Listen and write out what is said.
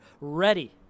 ready